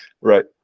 right